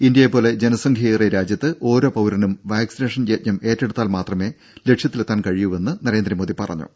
ഇന്ത്യയെപ്പോലെ ജനസംഖ്യ ഏറിയ രാജ്യത്ത് ഓരോ പൌരനും വാക്സിനേഷൻ യജ്ഞം ഏറ്റെടുത്താൽ മാത്രമെ ലക്ഷ്യത്തിലെത്താൻ കഴിയൂവെന്ന് നരേന്ദ്രമോദി പറഞ്ഞു